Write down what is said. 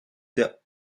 der